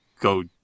go